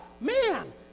Man